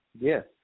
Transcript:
Yes